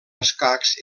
escacs